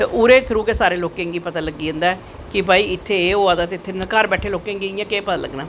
ते ओह्दे थ्रू गै लोके गी पता लग्गी जादा ऐ कि इत्थें एह् होआ दा ते इयां घर बैठे दे लोकें गी केह् पता लग्गनां